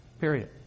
Period